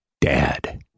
dad